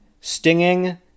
stinging